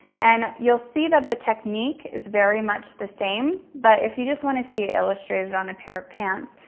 and you'll see that the technique is very much the same, but if you just wanna see it illustrated on a pair of pants,